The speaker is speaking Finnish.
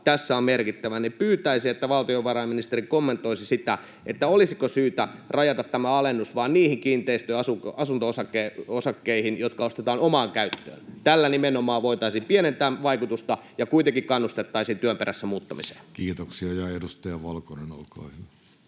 tässä on merkittävä, niin pyytäisin, että valtiovarainministeri kommentoisi sitä, olisiko syytä rajata tämä alennus vain niihin asunto-osakkeisiin, jotka ostetaan omaan käyttöön? Tällä nimenomaan voitaisiin pienentää vaikutusta ja kuitenkin kannustettaisiin työn perässä muuttamiseen. Kiitoksia. — Ja edustaja Valkonen, olkaa hyvä.